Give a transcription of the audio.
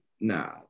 nah